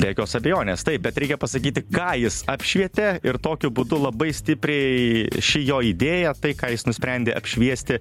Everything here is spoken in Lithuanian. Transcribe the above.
be jokios abejonės taip bet reikia pasakyti ką jis apšvietė ir tokiu būdu labai stipriai ši jo idėja tai ką jis nusprendė apšviesti